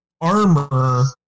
armor